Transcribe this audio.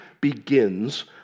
begins